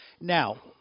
Now